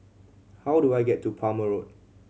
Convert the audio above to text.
how do I get to Palmer Road